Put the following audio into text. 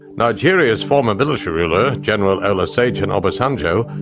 nigeria's former military ruler, general olusegun obasanjo,